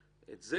את זה